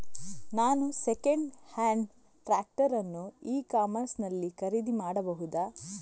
ನಾನು second hand tractor ಅನ್ನು e commerce ನಲ್ಲಿ ಖರೀದಿ ಮಾಡಬಹುದಾ?